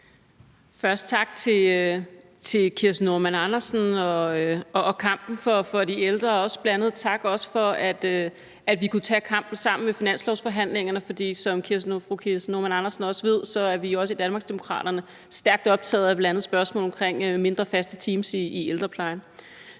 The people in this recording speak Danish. sige tak til fru Kirsten Normann Andersen for at kæmpe for de ældre og også sige tak for, at vi kunne tage kampen sammen ved finanslovsforhandlingerne, for som fru Kirsten Normann Andersen ved, er vi også i Danmarksdemokraterne stærkt optaget af bl.a. spørgsmålet om mindre, faste teams i ældreplejen.